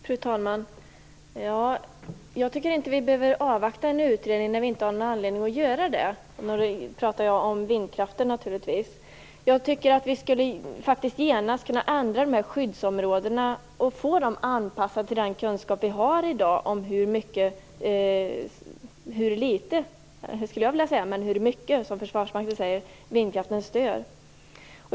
Fru talman! Jag tycker inte att vi behöver avvakta en utredning när vi inte har någon anledning att göra det. Nu pratar jag naturligtvis om vindkraften. Jag tycker faktiskt att vi genast borde kunna ändra de här skyddsområdena och få dem anpassade till den kunskap vi har i dag om hur mycket, som Försvarsmakten säger - hur litet skulle jag vilja säga - vindkraften stör.